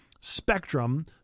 spectrum